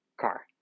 car